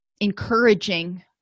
encouraging